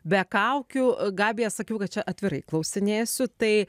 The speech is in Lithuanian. be kaukių gabija sakiau kad čia atvirai klausinėsiu tai